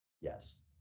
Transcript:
Yes